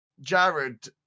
Jared